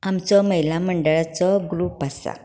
आमचो महिला मंडळाचो ग्रूप आसा